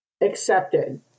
accepted